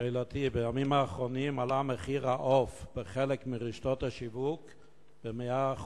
בימים האחרונים עלה מחיר העוף בחלק מרשתות השיווק ב-100%.